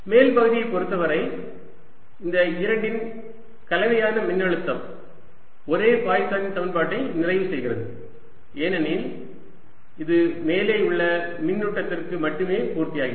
மேல் பகுதியை பொருத்தவரை இந்த இரண்டின் கலவையான மின்னழுத்தம் ஒரே பாய்சனின் சமன்பாட்டை நிறைவு செய்கிறது ஏனெனில் இது மேலே உள்ள மின்னூட்டத்திற்கு மட்டுமே பூர்த்தியாகிறது